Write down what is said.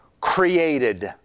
created